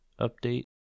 update